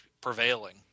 prevailing